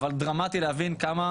אבל דרמטי להבין כמה